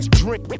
drink